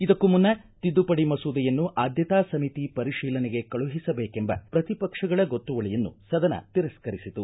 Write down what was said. ಇದಕ್ಕೂ ಮುನ್ನ ತಿದ್ದುಪಡಿ ಮಸೂದೆಯನ್ನು ಆದ್ದತಾ ಸಮಿತಿ ಪರಿಶೀಲನೆಗೆ ಕಳುಹಿಸಬೇಕೆಂಬ ಪ್ರತಿ ಪಕ್ಷಗಳ ಗೊತ್ತುವಳಿಯನ್ನು ಸದನ ತಿರಸ್ಕರಿಸಿತು